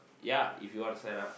ya if you wanna sign up